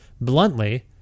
bluntly